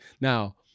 now